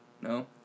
No